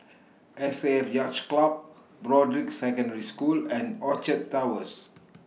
S A F Yacht Club Broadrick Secondary School and Orchard Towers